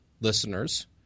listeners